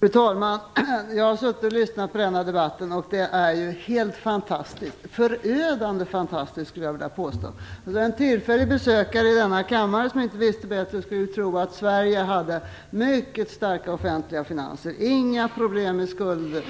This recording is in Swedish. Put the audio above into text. Fru talman! Jag har suttit och lyssnat på debatten, och den är förödande fantastisk. En tillfällig besökare i denna kammare, som inte visste bättre, skulle tro att Sverige har mycket starka offentliga finanser och inga problem med skulder